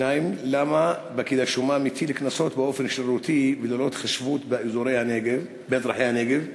2. למה פקיד השומה מטיל קנסות באופן שרירותי וללא התחשבות באזרחי הנגב?